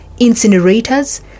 incinerators